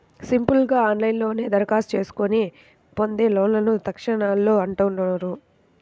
simple గా ఆన్లైన్లోనే దరఖాస్తు చేసుకొని పొందే లోన్లను తక్షణలోన్లు అంటున్నారు